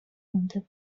مونده